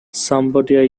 somebody